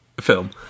film